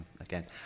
again